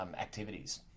activities